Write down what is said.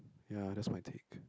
ya that's my take